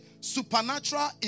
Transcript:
Supernatural